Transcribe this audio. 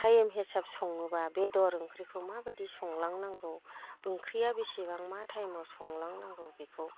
time हिसाब सङोब्ला बेदर ओंख्रिखौ माबायदि संलांनांगौ ओंख्रिया बेसेबां मा टाइमाव संलां नांगौ बेखौ